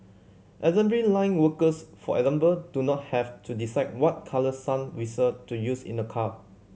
assembly line workers for example do not have to decide what colour sun visor to use in a car